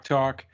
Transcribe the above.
Talk